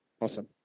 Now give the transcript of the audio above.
Awesome